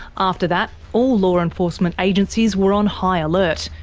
after that, all law enforcement agencies were on high alert,